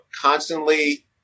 constantly